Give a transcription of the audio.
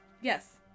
Yes